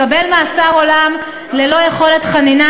לקבל מאסר עולם ללא יכולת חנינה,